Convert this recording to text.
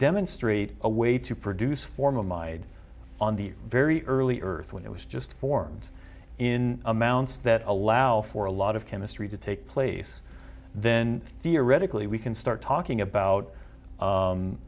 demonstrate a way to produce for my on the very early earth when it was just formed in amounts that allow for a lot of chemistry to take place then theoretically we can start talking about